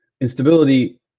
instability